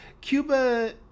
Cuba